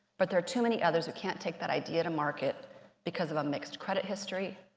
but there are too many others who can't take that idea to market because of a mixed credit history,